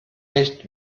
nicht